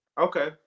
Okay